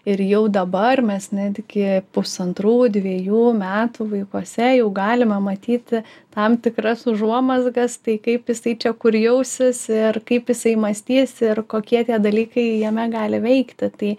ir jau dabar mes netgi pusantrų dvejų metų vaikuose jau galime matyti tam tikras užuomazgas tai kaip jisai čia kur jausis ir kaip jisai mąstys ir kokie tie dalykai jame gali veikti tai